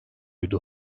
idi